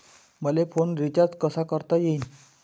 मले phone recharge कसा करता येईन?